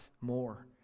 more